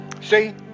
see